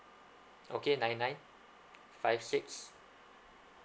okay nine nine five six